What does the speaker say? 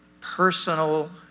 personal